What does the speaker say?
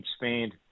expand